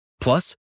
plus